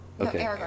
Okay